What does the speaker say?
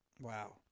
wow